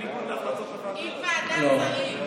בניגוד להחלטות הוועדה, עם ועדת שרים.